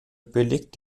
belegt